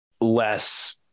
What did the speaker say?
less